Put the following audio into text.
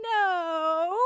No